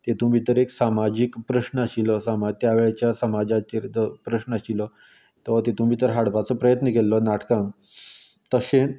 तेतून भितर एक सामाजीक प्रश्न आशिल्लो समाज त्या वेळेच्या सामाजाचेर तो प्रश्न आशिल्लो तो तितून भितर हाडपाचो प्रयत्न केल्लो नाटकान तशेंत